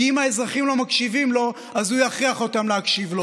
כי אם האזרחים לא מקשיבים לו אז הוא יכריח אותם להקשיב לו,